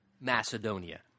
Macedonia